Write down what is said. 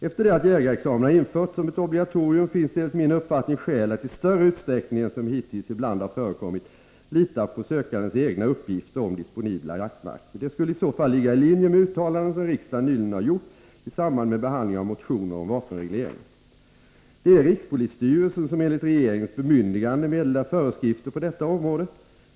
Efter det att jägarexamen har införts som ett obligatorium finns det enligt min uppfattning skäl att i större utsträckning än som hittills ibland har förekommit lita på sökandens egna uppgifter om disponibla jaktmarker. Detta skulle i så fall ligga i linje med uttalanden som riksdagen nyligen har gjort i samband med behandling av motioner om vapenregleringen . Det är rikspolisstyrelsen som enligt regeringens bemyndigande meddelar föreskrifter på detta område.